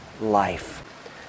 life